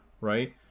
right